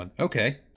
okay